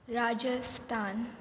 Rajasthan